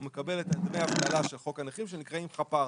הוא מקבל את דמי האבטלה של חוק הנכים שנקראים חפ"ר.